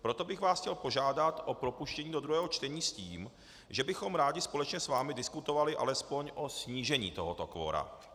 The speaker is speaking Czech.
Proto bych vás chtěl požádat o propuštění do druhého čtení s tím, že bychom rádi společně s vámi diskutovali alespoň o snížení tohoto kvora.